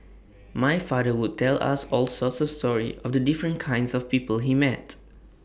my father would tell us all sorts of stories of the different kinds of people he met